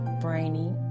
brainy